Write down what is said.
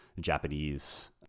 Japanese